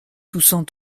toussant